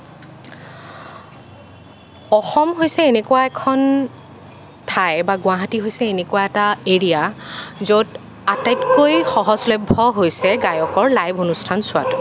অসম হৈছে এনেকুৱা এখন ঠাই বা গুৱাহাটী হৈছে এনেকুৱা এটা এৰিয়া য'ত আটাইতকৈ সহজলভ্য হৈছে গায়কৰ লাইভ অনুষ্ঠান চোৱাটো